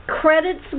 credits